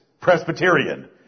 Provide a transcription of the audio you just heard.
Presbyterian